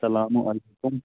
سلامُ علیکُم